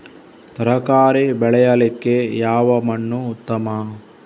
ತರಕಾರಿ ಬೆಳೆಯಲಿಕ್ಕೆ ಯಾವ ಮಣ್ಣು ಉತ್ತಮ?